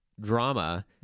drama